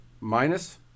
minus